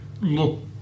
look